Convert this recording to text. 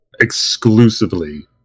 exclusively